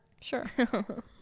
sure